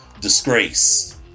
disgrace